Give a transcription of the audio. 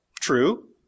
True